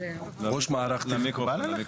ראש מערך תכנון של שירותי בריאות כללית.